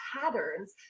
patterns